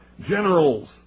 generals